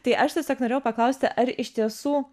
tai aš tiesiog norėjau paklausti ar iš tiesų